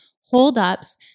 holdups